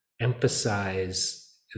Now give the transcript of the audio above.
emphasize